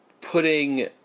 putting